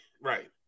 right